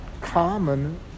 common